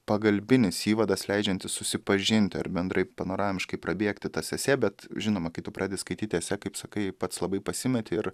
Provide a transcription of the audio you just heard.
pagalbinis įvadas leidžiantis susipažinti ar bendrai panoramiškai prabėgti tas esė bet žinoma kai tu pradi skaityt ėsė kaip sakai pats labai pasimeti ir